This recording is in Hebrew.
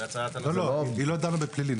היא לא דנה בפלילים.